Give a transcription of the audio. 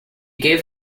gave